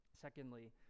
Secondly